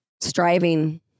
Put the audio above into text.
striving